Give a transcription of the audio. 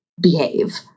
behave